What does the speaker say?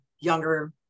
younger